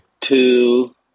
Two